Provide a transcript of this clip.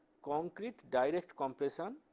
concrete direct compression